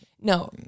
no